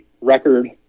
record